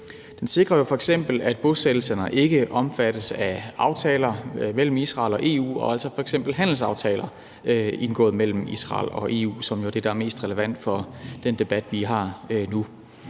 Den sikrer f.eks., at bosættelserne ikke omfattes af aftaler mellem Israel og EU, f.eks. handelsaftaler indgået mellem Israel og EU, som jo er det, der er mest relevant for den debat, vi har nu.